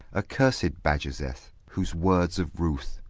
accursed bajazeth, whose words of ruth,